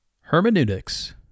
Hermeneutics